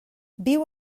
viu